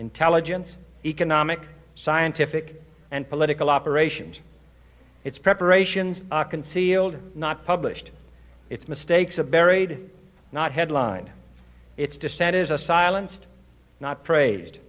intelligence economic scientific and political operations its preparations are concealed not published its mistakes of buried not headlined its dissent is a silenced not praised